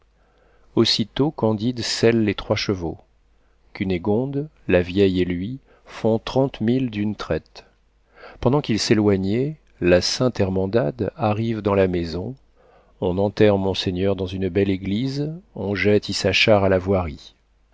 aussitôt candide selle les trois chevaux cunégonde la vieille et lui font trente milles d'une traite pendant qu'ils s'éloignaient la sainte hermandad arrive dans la maison on enterre monseigneur dans une belle église on jette issachar à la voirie